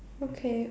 okay